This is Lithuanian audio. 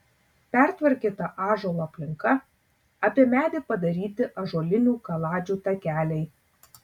patvarkyta ąžuolo aplinka apie medį padaryti ąžuolinių kaladžių takeliai